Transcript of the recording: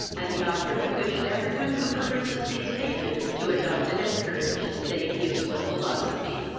and the author would wish every one who peruses these pages to adopt and encourage the same useful philosophy.